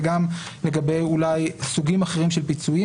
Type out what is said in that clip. ואולי גם לגבי סוגים אחרים של פיצויים.